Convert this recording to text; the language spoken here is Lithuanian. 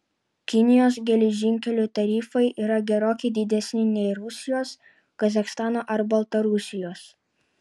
kinijos geležinkelių tarifai yra gerokai didesni nei rusijos kazachstano ar baltarusijos